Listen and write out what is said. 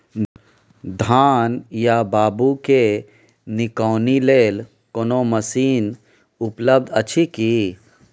धान या बाबू के निकौनी लेल कोनो मसीन उपलब्ध अछि की?